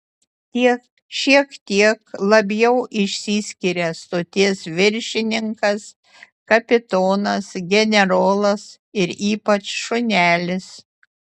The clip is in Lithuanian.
šiek tiek labiau išsiskiria stoties viršininkas kapitonas generolas ir ypač šunelis